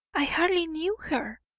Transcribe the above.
i hardly knew her.